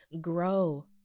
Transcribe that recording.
Grow